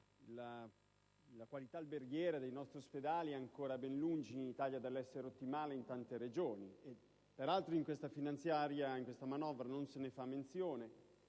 la qualità alberghiera dei nostri ospedali è ancora ben lungi dall'essere ottimale in tante Regioni italiane; peraltro, in questa manovra non se ne fa menzione.